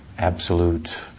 Absolute